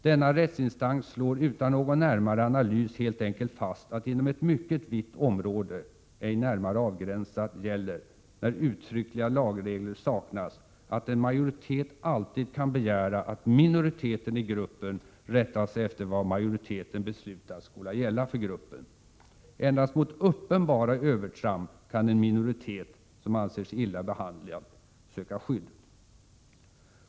Denna rättsinstans slår utan någon närmare analys helt enkelt fast att det inom ett mycket vitt område — ej närmare avgränsat — gäller; när uttryckliga lagregler saknas, att en majoritet alltid kan begära att minoriteten i gruppen rättar sig efter vad majoriteten beslutat skola gälla /för gruppen. Endast mot uppenbara övertramp kän en minoritet som anser sig illa behandlad söka skydd.